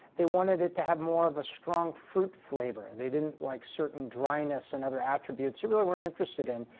they wanted it to have more of a strong fruit flavor. they didn't like certain dryness and other attributes, they really weren't interested in.